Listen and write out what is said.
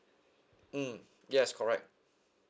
mm yes correct